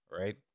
Right